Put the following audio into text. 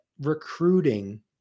recruiting